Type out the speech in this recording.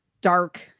dark